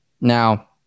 Now